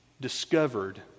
discovered